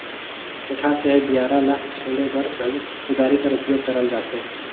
कोठार चहे बियारा ल छोले बर घलो कुदारी कर उपियोग करल जाथे